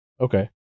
okay